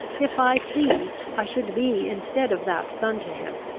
if i pleased, i should be instead of that son to him,